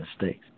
mistakes